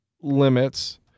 limits